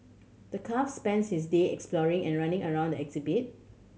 the calf spends his day exploring and running around the exhibit